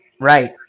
right